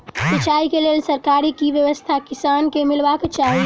सिंचाई केँ लेल सरकारी की व्यवस्था किसान केँ मीलबाक चाहि?